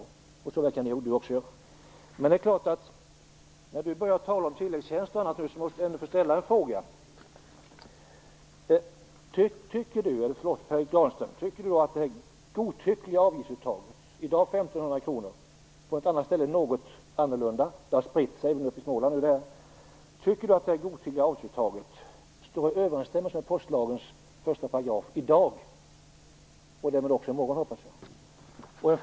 Det ställer säkert Karl Erik Granström också upp på. Men när Karl Erik Granström börjar prata om tilläggstjänster måste jag ändå få ställa en fråga. Tycker Per Erik Granström att det godtyckliga avgiftsuttaget, som i dag är 1 500 kr, utom på några ställen där det är en annan summa - det har ju spritt sig även till Småland - står i överensstämmelse med postlagens första paragraf i dag och därmed också i morgon? Jag hoppas att det gör det.